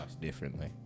differently